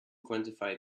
quantify